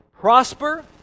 prosper